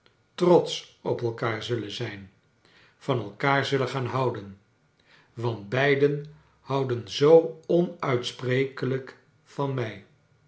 trotsch op elkaar zullen zijn van elkaar zullen gaan houden want beiden houden zoo onuitsprekelijk van mij